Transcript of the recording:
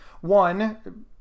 one